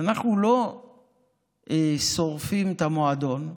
אז אנחנו לא שורפים את המועדון,